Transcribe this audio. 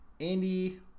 Andy